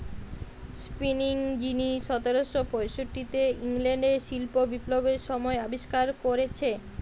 spinning যিনি সতেরশ পয়ষট্টিতে ইংল্যান্ডে শিল্প বিপ্লবের সময় আবিষ্কার কোরেছে